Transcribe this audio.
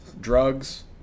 drugs